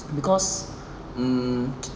because um